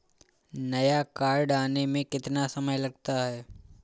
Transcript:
नया कार्ड आने में कितना समय लगता है?